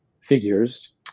figures